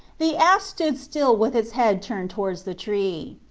the ass stood still with its head turned towards the tree.